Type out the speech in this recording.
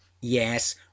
Yes